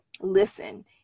listen